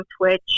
Twitch